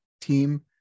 team